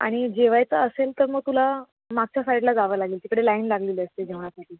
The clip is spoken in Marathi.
आणि जेवायचं असेल तर मग तुला मागच्या साईडला जावं लागेल तिकडे लाईन लागलेली असते जेवणासाठी